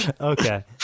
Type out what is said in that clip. Okay